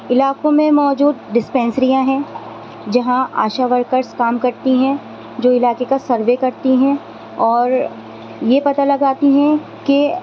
علاقوں میں موجود ڈسپنسریاں ہیں جہاں آشا ورکرس کام کرتی ہیں جو علاقے کا سروے کرتی ہیں اور یہ پتا لگاتی ہیں کہ